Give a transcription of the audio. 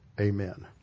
Amen